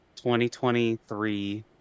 2023